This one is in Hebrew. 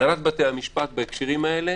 הנהלת בתי המשפט בהקשרים האלה